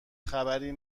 خبری